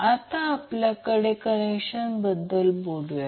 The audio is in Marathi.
आता आपण कनेक्शनबाबत बोलूया